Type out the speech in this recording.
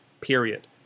period